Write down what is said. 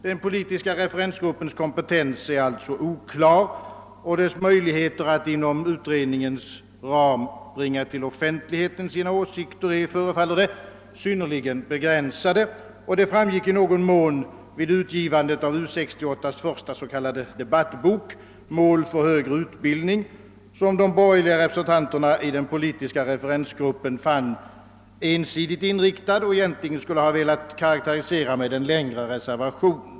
Den politiska referensgruppens kompetens är sålunda oklar, och dess möjligheter att inom utredningens ram bringa sina åsikter till offentligheten förefaller att vara synnerligen begränsade. Detta framgick också i någon mån när utredningens första s.k. debattbok, »Mål för högre utbildning», gavs ut, vilken de borgerliga reservanterna i den politiska referensgruppen fann vara ensidigt inriktad och därför egentligen skulle ha velat karakterisera närmare i en längre reservation.